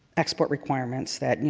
export requirements that, you